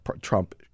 Trump